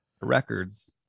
Records